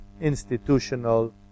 institutional